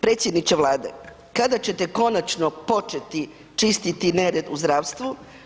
Predsjedniče Vlade, kada ćete konačno početi čistiti nered u zdravstvu?